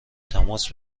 تماس